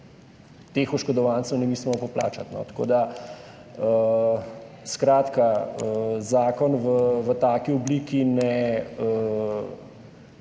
teh oškodovancev ne mislimo poplačati. Skratka, zakon v taki obliki ne